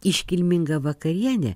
iškilminga vakarienė